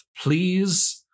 please